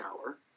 hour